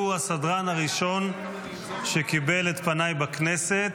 שמואל הוא הסדרן הראשון שקיבל את פניי בכנסת